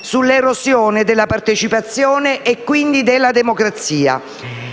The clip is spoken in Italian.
sull'erosione della partecipazione e quindi della democrazia.